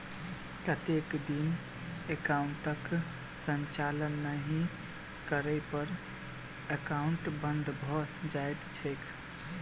कतेक दिन एकाउंटक संचालन नहि करै पर एकाउन्ट बन्द भऽ जाइत छैक?